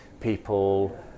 people